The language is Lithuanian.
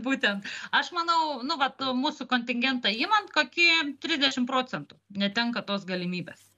būtent aš manau nu vat nu mūsų kontingentą imant kokie trisdešim procentų netenka tos galimybės